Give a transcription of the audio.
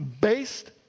Based